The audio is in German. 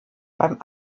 beim